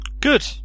Good